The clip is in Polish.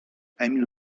emil